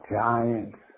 giants